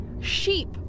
sheep